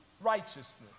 righteousness